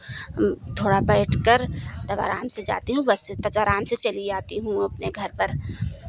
थोड़ा बैठकर तब आराम से जाती हूँ बस से त जो आराम से चली आती हूँ अपने घर पर